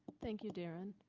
thank you darren,